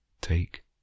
take